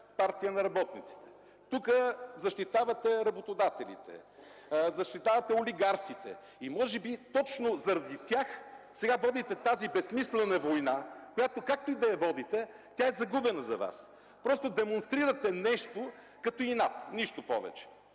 Партия на работниците, тук защитавате работодателите, защитавате олигарсите. Може би точно заради тях, сега водите тази безсмислена война, която както и да я водите, тя е загубена за Вас. Просто демонстрирате нещо като инат. Нищо повече!